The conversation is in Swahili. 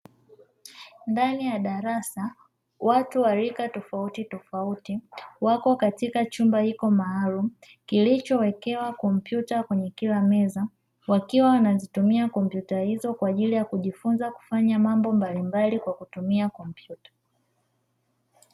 Ndani ya darasa, watu wa rika tofautitofauti wapo katika chumba hicho maalumu kilichowekewa kompyuta kwenye kila meza. Wakiwa wanazitumia kompyuta hizo kwa ajili ya kujifunza kufanya mambo mbalimbali kwa kutumia kompyuta.